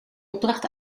opdracht